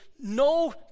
no